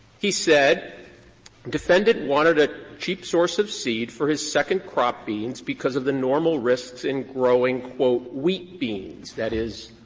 he said defendant wanted a cheap source of seed for his second crop beans because of the normal risks in growing wheat beans that is,